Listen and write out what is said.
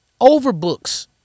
overbooks